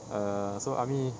err so army